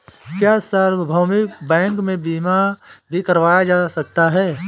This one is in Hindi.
क्या सार्वभौमिक बैंक में बीमा भी करवाया जा सकता है?